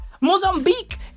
Mozambique